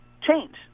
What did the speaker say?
change